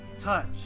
touch